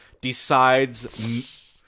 decides